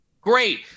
Great